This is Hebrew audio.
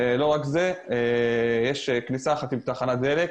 לא רק זה אלא שיש כניסה אחת עם תחנת דלק,